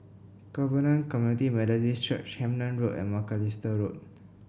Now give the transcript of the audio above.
Covenant Community Methodist Church Hemmant Road and Macalister Road